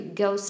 go